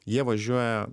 jie važiuoja